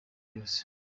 yose